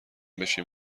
بشیم